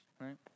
right